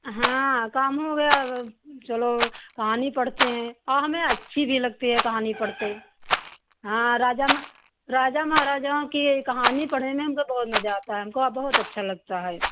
हाँ काम हो गया चलो कहानी पढ़ते हैं और हमें अच्छी भी लगती है कहानी पढ़ते हाँ राजा महा राजा महाराजाओं की यह कहानी पढ़ने में मुझे बहुत मज़ा आता है हमको बहुत अच्छा लगता है